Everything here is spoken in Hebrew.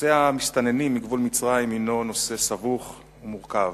נושא המסתננים מגבול מצרים הינו נושא סבוך ומורכב.